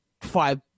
five